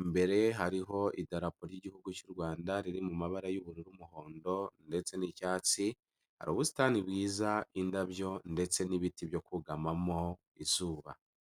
imbere hariho idarapo ry'igihugu cy'u Rwanda riri mu mabara y'ubururu, umuhondo ndetse n'icyatsi, hari ubusitani bwiza, indabyo ndetse n'ibiti byo kugamamo izuba.